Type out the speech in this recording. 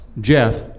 Jeff